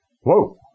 Whoa